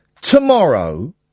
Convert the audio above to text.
tomorrow